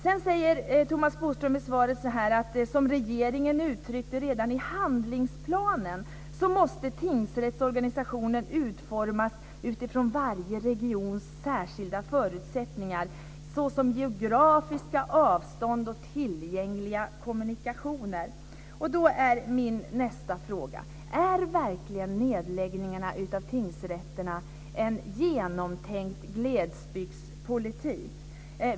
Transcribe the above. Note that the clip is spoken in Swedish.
Sedan säger Thomas Bodström så här i svaret: "Som regeringen uttryckte redan i handlingsplanen måste tingsrättsorganisationen utformas utifrån varje regions särskilda förutsättningar såsom geografiska avstånd och tillgängliga kommunikationer." Då är min nästa fråga: Är verkligen nedläggningarna av tingsrätterna en genomtänkt glesbygdspolitik?